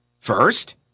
First